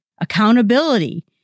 Accountability